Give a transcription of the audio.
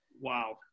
Wow